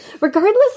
Regardless